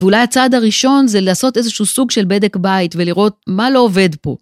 אולי הצעד הראשון זה לעשות איזשהו סוג של בדק בית ולראות מה לא עובד פה.